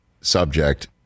subject